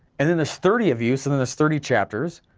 and then there's thirty of you so then there's thirty chapters,